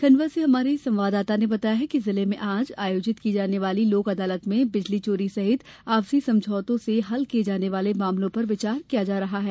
खंडवा से हमारे संवाददाता ने बताया है कि जिले में आज आयोजित की जाने वाली लोक अदालत में बिजली चोरी सहित आपसी समझौते से हल किये जाने वाले मामलों पर विचार किया जा रहा है